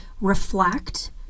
reflect